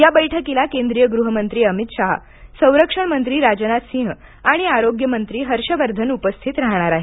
या बैठकीला केंद्रीय गृह मंत्री अमित शहा संरक्षण मंत्री राजनाथ सिंह आणि आरोग्य मंत्री हर्ष वर्धन उपस्थित राहणार आहेत